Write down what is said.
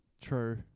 True